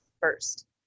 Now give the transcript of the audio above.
first